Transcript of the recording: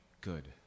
good